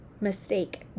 mistake